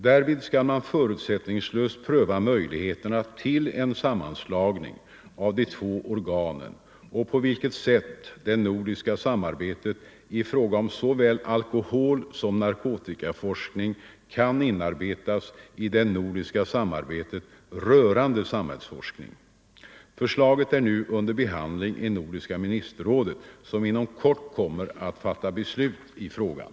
Därvid skall man förutsättningslöst pröva möjligheterna till en sammanslagning av de två organen och på vilket sätt det nordiska samarbetet i fråga om såväl alkoholsom narkotikaforskning kan inarbetas i det nordiska samarbetet rörande samhällsforskning. Förslaget är nu under behandling i nordiska ministerrådet, som inom kort kommer att fatta beslut i frågan.